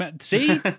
See